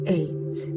eight